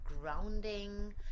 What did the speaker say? grounding